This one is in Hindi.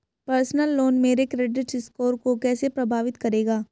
पर्सनल लोन मेरे क्रेडिट स्कोर को कैसे प्रभावित करेगा?